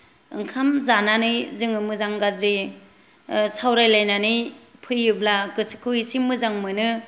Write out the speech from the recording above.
ओंखाम जानानै जोङो मोजां गाज्रि सावरायलायनानै फैयोब्ला गोसोखौ इसे मोजां मोनो